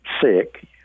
sick